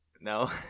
No